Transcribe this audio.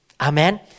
Amen